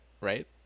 right